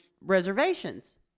reservations